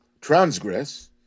transgress